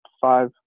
five